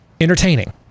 entertaining